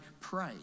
pray